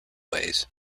ways